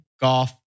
golf